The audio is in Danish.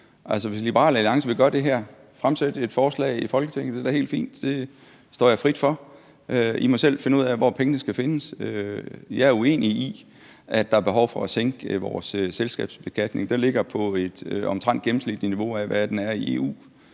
Hvis Liberal Alliance vil gøre det her, altså fremsætte et forslag i Folketinget, er det da helt fint; det står jer frit for. I må selv finde ud af, hvor pengene skal findes. Jeg er uenig i, at der er behov for at sænke vores selskabsbeskatning. Den ligger omtrent på et gennemsnitligt niveau i forhold til, hvad den er i EU.